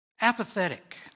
Apathetic